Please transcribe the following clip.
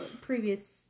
previous